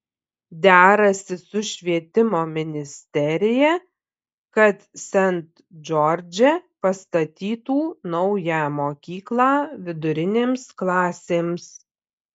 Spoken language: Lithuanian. derasi su švietimo ministerija kad sent džordže pastatytų naują mokyklą vidurinėms klasėms